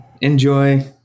Enjoy